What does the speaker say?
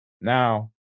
now